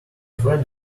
friend